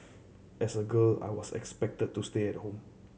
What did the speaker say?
as a girl I was expected to stay at home